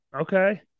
Okay